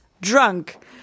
drunk